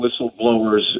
whistleblowers